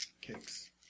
kicks